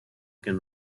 can